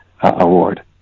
Award